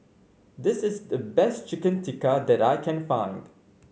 this is the best Chicken Tikka that I can find